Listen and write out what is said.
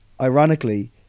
ironically